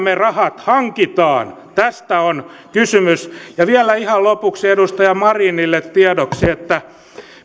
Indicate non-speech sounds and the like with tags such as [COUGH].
[UNINTELLIGIBLE] me rahat hankimme tästä on kysymys vielä ihan lopuksi edustaja marinille tiedoksi että